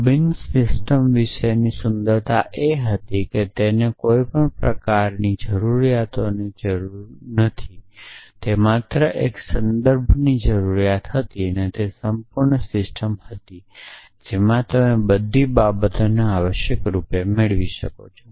Robinson system વિશેની સુંદરતા એ હતી કે તેને કોઈ પણ પ્રકારની જરૂરિયાતોની જરૂર નહોતી તેને માત્ર એક સંદર્ભની જરૂરિયાત હતી અને તે તે સંપૂર્ણ સિસ્ટમ હતી જેમાં તમે બધી બાબતોને આવશ્યક રૂપે મેળવી શકો છો